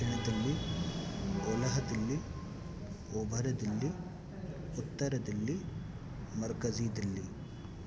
ॾखणु दिल्ली ओलहु दिल्ली ओभरु दिल्ली उत्तर दिल्ली मर्कज़ी दिल्ली